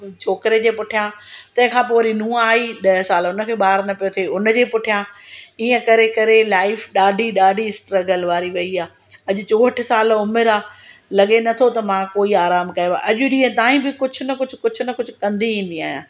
छोकिरे जे पुठियां तंहिंखां पोइ वरी नूह आई ॾह साल हुनखे ॿार न पियो थिए हुन जी पुठियां ईअं करे करे लाइफ ॾाढी ॾाढी स्ट्रगल वारी वई आहे अॼ चौहठि साल उमिरि आहे लॻे नथो त मां कोई आरामु कयो आहे अॼु ॾींहं ताईं बि कुझु न कुझु कुझु न कुझु कंदी ईंदी आहियां